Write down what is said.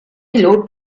pilot